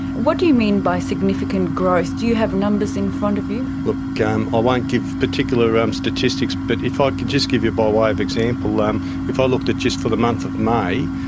what do you mean by significant growth? do you have numbers in front of you? look, i ah won't give particular um statistics but if ah i could just give you by way of example, um if i looked at just for the month of may,